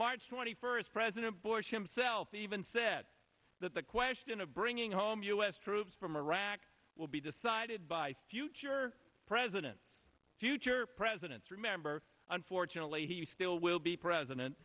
march twenty first president bush himself even said that the question of bringing home u s troops from iraq will be decided by future presidents future presidents remember unfortunately he still will be president